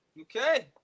Okay